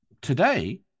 Today